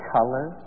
Color